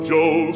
Joe